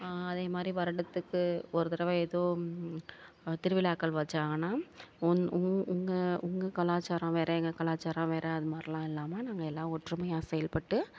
அதேமாதிரி வருடத்துக்கு ஒரு தடவை ஏதோ திருவிழாக்கள் வச்சாங்கன்னா உன் உங்கள் உங்கள் கலாச்சாரம் வேறு எங்கள் கலாச்சாரம் வேறு அதுமாதிர்லாம் இல்லாமல் நாங்கள் எல்லாம் ஒற்றுமையாக செயல்பட்டு